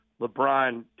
LeBron